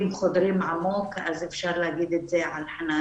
חודרים עמוק אז אפשר להגיד את זה על חנאן.